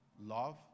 love